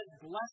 blessed